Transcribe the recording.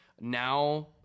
now